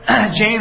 James